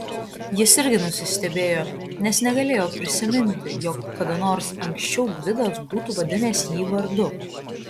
jis irgi nusistebėjo nes negalėjo prisiminti jog kada nors anksčiau gvidas būtų vadinęs jį vardu